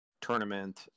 tournament